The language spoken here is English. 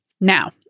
Now